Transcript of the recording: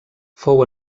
fou